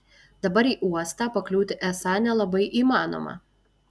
dabar į uostą pakliūti esą nelabai įmanoma